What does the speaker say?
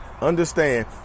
understand